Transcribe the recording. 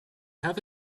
have